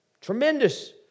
Tremendous